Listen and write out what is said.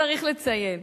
צריך לציין.